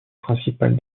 principale